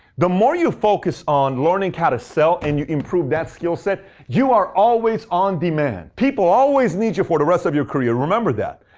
the more you focus on learning how to sell and you improve that skill set, you are always on demand. people always need you for the rest of your career. remember that.